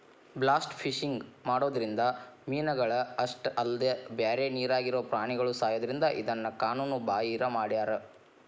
blast fishing ಮಾಡೋದ್ರಿಂದ ಮೇನಗಳ ಅಷ್ಟ ಅಲ್ಲದ ಬ್ಯಾರೆ ನೇರಾಗಿರೋ ಪ್ರಾಣಿಗಳು ಸಾಯೋದ್ರಿಂದ ಇದನ್ನ ಕಾನೂನು ಬಾಹಿರ ಮಾಡ್ಯಾರ